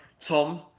Tom